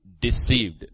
deceived